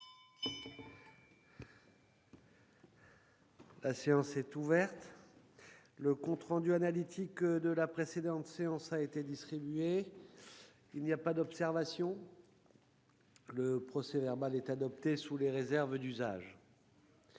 La séance est ouverte. Le compte rendu analytique de la précédente séance a été distribué. Il n'y a pas d'observation ?... Le procès-verbal est adopté sous les réserves d'usage.